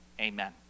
amen